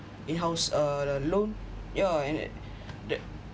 in house uh loan yeah and that